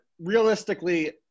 realistically